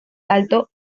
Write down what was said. alto